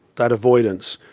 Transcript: that avoidance,